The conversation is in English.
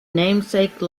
namesake